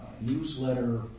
newsletter